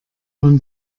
man